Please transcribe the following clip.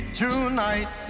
tonight